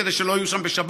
כדי שלא יהיו שם בשבת,